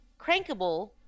crankable